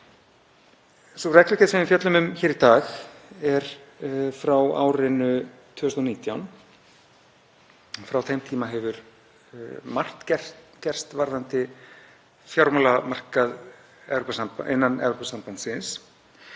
Sú reglugerð sem við fjöllum um hér í dag er frá árinu 2019. Frá þeim tíma hefur margt gerst varðandi fjármálamarkað innan Evrópusambandsins